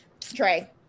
Trey